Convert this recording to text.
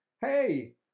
Hey